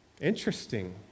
Interesting